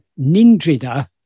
nindrida